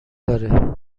داره